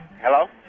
Hello